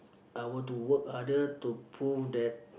I were to work harder to prove that